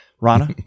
Rana